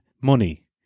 money